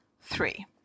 Three